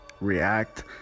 react